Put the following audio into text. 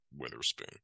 Witherspoon